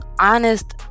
honest